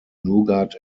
nougat